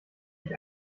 ich